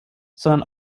sondern